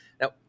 Now